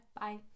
Bye